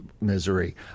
misery